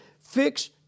fix